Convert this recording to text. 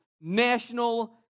National